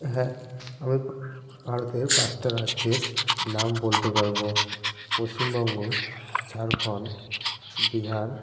হ্যাঁ আমি ভারতের পাঁচটা রাজ্যের নাম বলতে পারবো পশ্চিমবঙ্গ ঝাড়খণ্ড বিহার